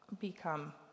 become